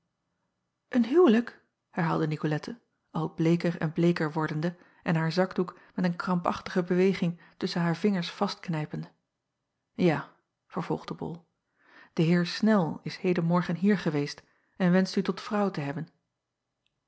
en huwelijk herhaalde icolette al bleeker en bleeker wordende en haar zakdoek met een krampachtige beweging tusschen haar vingers vastknijpende a vervolgde ol de eer nel is heden morgen hier geweest en wenscht u tot vrouw te hebben